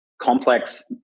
complex